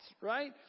right